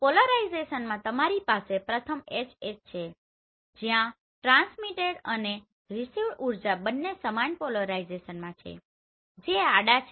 પોલરાઇઝેશનમાં તમારી પાસે પ્રથમ HH છે જ્યાં ટ્રાન્સ્મીટેડ અને રીસીવડ ઉર્જા બંને સમાન પોલરાઇઝેશનમાં છે જે આડા છે